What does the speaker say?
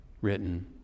written